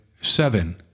Seven